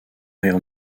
rire